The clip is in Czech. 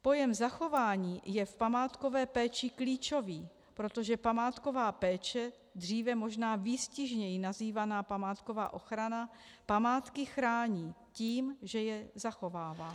Pojem zachování je v památkové péči klíčový, protože památková péče, dříve možná výstižněji nazývaná památková ochrana, památky chrání tím, že je zachovává.